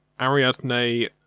Ariadne